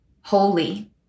holy